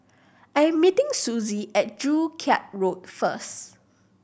I am meeting Sussie at Joo Chiat Road first